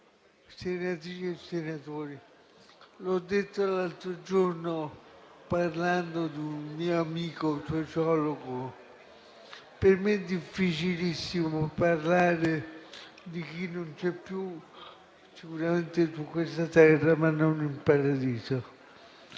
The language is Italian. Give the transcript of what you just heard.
senatrici e senatori, l'ho detto l'altro giorno parlando di un mio amico sociologo: per me è difficilissimo parlare di chi non c'è più, sicuramente su questa terra, ma non in paradiso.